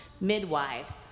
midwives